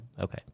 Okay